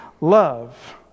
love